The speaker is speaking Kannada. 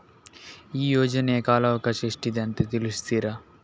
ಈ ಯೋಜನೆಯ ಕಾಲವಕಾಶ ಎಷ್ಟಿದೆ ಅಂತ ತಿಳಿಸ್ತೀರಾ?